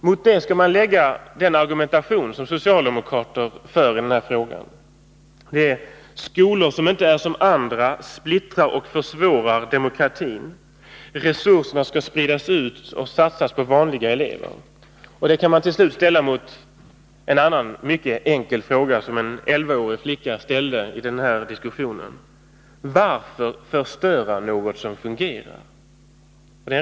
Mot det skall man lägga den argumentation som socialdemokrater för i den här frågan: Skolor som inte är som andra splittrar och försvårar demokratin. Resurserna skall spridas ut och satsas på vanliga elever. En elvaårig flicka ställde i den här diskussionen den mycket enkla frågan: Varför förstöra något som fungerar?